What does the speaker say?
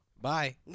Bye